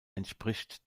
entspricht